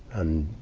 and